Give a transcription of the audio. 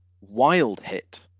Wild-hit